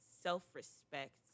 self-respect